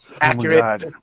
Accurate